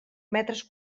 metres